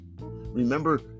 Remember